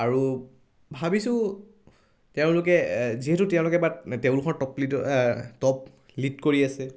আৰু ভাবিছোঁ তেওঁলোকে যিহেতু তেওঁলোকে বাট তেওঁলোকৰ টপ লিডত টপ লিড কৰি আছে